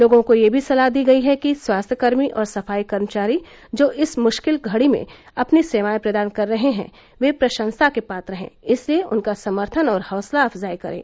लोगों को यह सलाह दी गई है कि स्वास्थ्य कर्मी और सफाई कर्मचारी जो इस मुश्किल घड़ी में अपनी सेवाए प्रदान कर रहे हैं वे प्रशंसा के पात्र हैं इसलिए उनका समर्थन और हौसला अफजाई करें